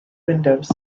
windows